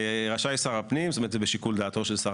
רשאי שר הפנים זאת אומרת זה בשיקול דעתו של שר